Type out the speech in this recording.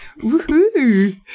Woohoo